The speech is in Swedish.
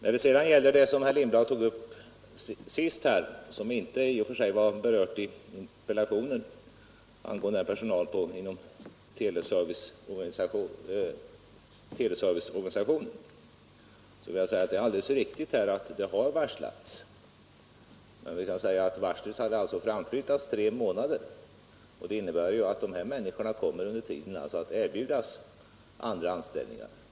Vad gäller sista frågan som herr Lindblad tog upp och som i och för sig inte berörts i interpellationen — frågan om personalen inom TV-serviceorganisationen — vill jag säga att det är alldeles riktigt att det har varslats om inskränkningar, men varslet har framflyttats tre månader. Det innebär alltså att denna personal under tiden kommer att erbjudas andra anställningar.